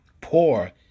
Poor